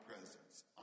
presence